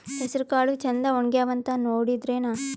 ಹೆಸರಕಾಳು ಛಂದ ಒಣಗ್ಯಾವಂತ ನೋಡಿದ್ರೆನ?